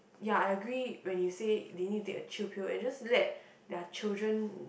ya I agree when you say they need a chill pill and just let their children